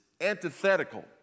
antithetical